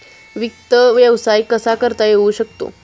वित्त व्यवसाय कसा करता येऊ शकतो?